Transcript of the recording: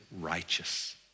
righteous